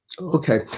Okay